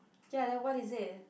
ya then what is it